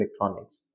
electronics